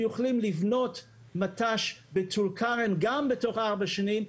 אנחנו יכולים לבנות מט"ש בטול כרם גם בתוך ארבע שנים,